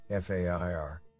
FAIR